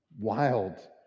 wild